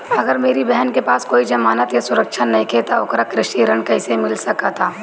अगर मेरी बहन के पास कोई जमानत या सुरक्षा नईखे त ओकरा कृषि ऋण कईसे मिल सकता?